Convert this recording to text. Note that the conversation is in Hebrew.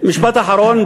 משפט אחרון.